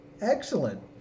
Excellent